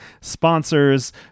sponsors